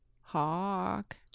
hawk